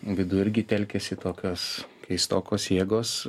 viduj irgi telkiasi tokios keistokos jėgos